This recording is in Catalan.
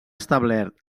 establert